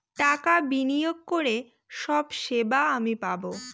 টাকা বিনিয়োগ করে সব সেবা আমি পাবো